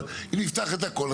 אבל אם נפתח את הכל,